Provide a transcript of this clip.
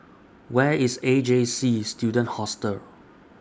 Where IS A J C Student Hostel